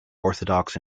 orthodox